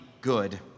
good